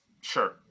Sure